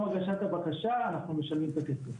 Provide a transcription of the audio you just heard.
הגשת הבקשה אנחנו משלמים להם את הכסף.